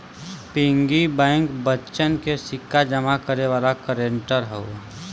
piggy bank बच्चन के सिक्का जमा करे वाला कंटेनर होला